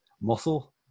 muscle